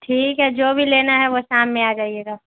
ٹھیک ہے جو بھی لینا ہے وہ شام میں آ جائیے گا